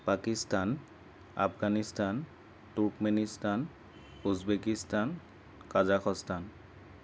Pakistan Afghanistan Turkmenistan Uzbekistan Kazakhstan